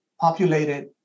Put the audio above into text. populated